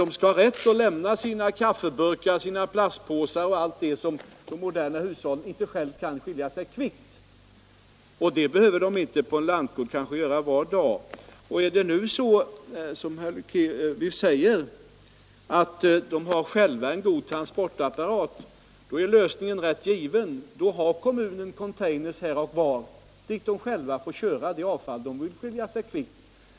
De skall ha rätt att lämna sina kaffeburkar, plastpåsar etc. som moderna hushåll inte själva kan göra sig kvitt. Sådant behöver kanske inte hämtas varje dag på ett lantbruk. Om det är som herr Leuchovius säger att lantbrukarna själva har en god transportapparat är det en naturlig lösning att kommunen placerar container här och var, dit man kan köra det avfall som man vill göra sig kvitt.